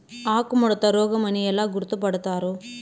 ఆకుముడత రోగం అని ఎలా గుర్తుపడతారు?